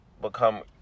become